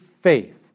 faith